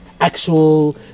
actual